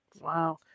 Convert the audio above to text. Wow